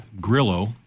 Grillo